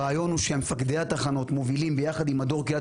הרעיון הוא שמפקדי התחנות מובילים יחד עם מדור קהילת